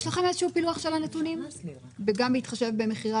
יש לכם איזשהו פילוח של הנתונים גם בהתחשב במחירי